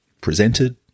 presented